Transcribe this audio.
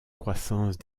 croissance